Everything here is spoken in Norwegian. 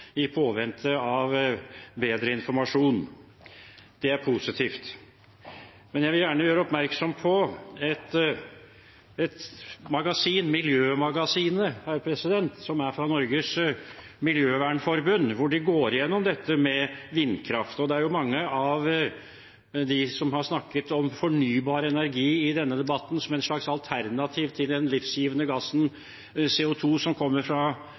i påvente av bedre informasjon. Det er positivt. Jeg vil gjerne gjøre oppmerksom på et magasin, Miljømagasinet, som er fra Norges Miljøvernforbund, hvor de går gjennom dette med vindkraft. Det er mange som i denne debatten har snakket om fornybar energi som et slags alternativ til den livgivende gassen CO 2, som kommer fra